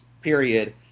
period